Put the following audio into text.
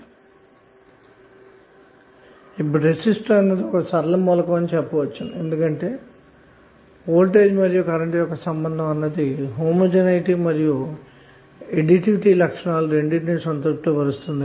కాబాట్టి ఒక రెసిస్టర్ అన్నది సరళ మూలకం అని చెప్పవచ్చుఎందుకంటె వోల్టేజ్ మరియు కరెంట్ యొక్క సంబంధం అన్నది సజాతీయతను మరియు సంకలనీయత లక్షణాలను రెంటిని సంతృప్తి పరుస్తుంది